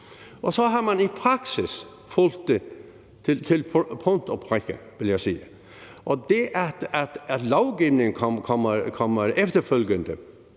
Og så har man i praksis fulgt det til punkt og prikke, vil jeg sige. Det, at lovgivning kommer efterfølgende,